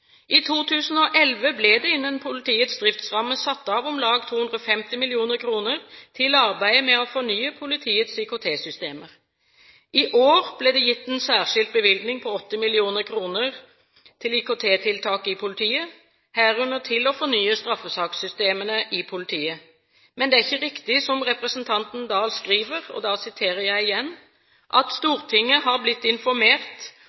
I 2011 ble det innenfor politiets driftsramme satt av om lag 250 mill. kr til arbeidet med å fornye politiets IKT-systemer. I år ble det gitt en særskilt bevilgning på 80 mill. kr til IKT-tiltak i politiet, herunder til å fornye straffesakssystemene i politiet. Men det er ikke riktig som representanten Oktay Dahl skriver, at Stortinget har «blitt informert om at